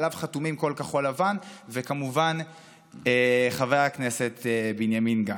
שעליו חתומים כל כחול לבן וכמובן חבר הכנסת בנימין גנץ: